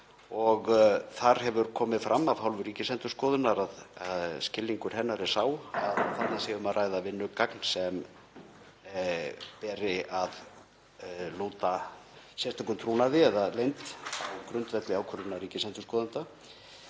Þar hefur komið fram af hálfu Ríkisendurskoðunar að skilningur hennar er sá að þarna sé um að ræða vinnugagn sem beri að lúta sérstökum trúnaði eða leynd á grundvelli ákvörðunar af ríkisendurskoðanda.